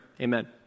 Amen